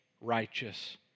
righteous